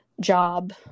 job